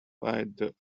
identify